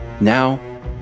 Now